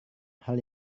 hal